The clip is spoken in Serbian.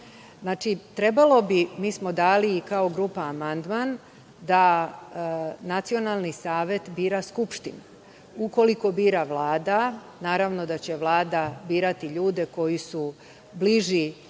Znači, trebalo bi, mi smo dali i kao grupa amandman, da Nacionalni savet bira Skupština. Ukoliko bira Vlada, naravno da će Vlada birati ljude koji su bliži